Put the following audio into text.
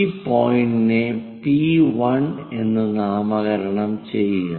ഈ പോയിന്റിനെ P1 എന്ന് നാമകരണം ചെയ്യുക